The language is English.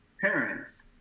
parents